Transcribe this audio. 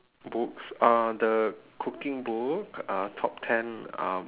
books uh the cooking book uh top ten um